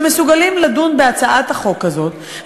שמסוגלים לדון בהצעת החוק הזאת,